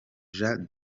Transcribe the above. jeanne